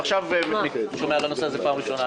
עכשיו על הנושא הזה לראשונה.